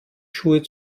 schuhe